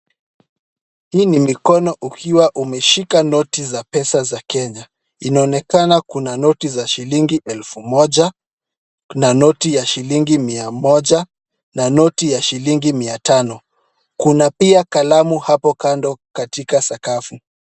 Hii ni mikono ukiwa umeshika noti za pesa za Kenya. Inaonekana kuna noti za shilingi elfu moja, kuna noti ya shilingi mia moja na noti ya shilingi mia tano. Kuna pia kalamu hapo kando katika sakafu.